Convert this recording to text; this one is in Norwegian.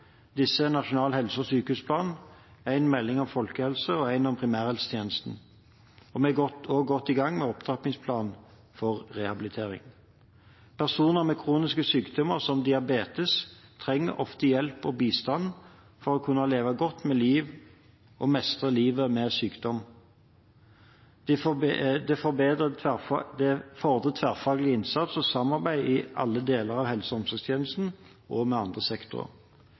Disse er: nasjonal helse- og sykehusplan, en melding om folkehelse og en om primærhelsetjenesten. Vi er også godt i gang med en opptrappingsplan for rehabilitering. Personer med kroniske sykdommer, som diabetes, trenger ofte hjelp og bistand for å kunne leve gode liv og mestre livet med sykdom. Det fordrer tverrfaglig innsats og samarbeid i alle deler av helse- og omsorgstjenesten og med andre sektorer.